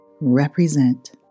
Represent